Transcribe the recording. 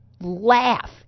laugh